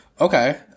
Okay